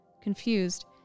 Confused